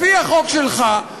לפי החוק שלך,